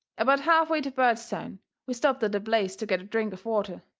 about half-way to bairdstown we stopped at a place to get a drink of water.